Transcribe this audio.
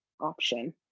option